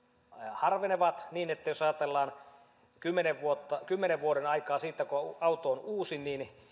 harvenevat niin että jos ajatellaan kymmenen vuoden aikaa siitä kun auto on uusi niin